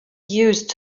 used